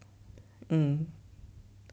mm